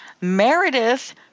Meredith